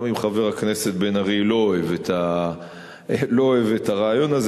גם אם חבר הכנסת בן-ארי לא אוהב את הרעיון הזה.